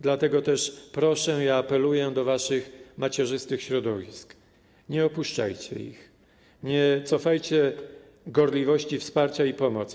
Dlatego też proszę i apeluję do waszych macierzystych środowisk: nie opuszczajcie ich, nie cofajcie gorliwości, wsparcia i pomocy.